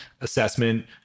assessment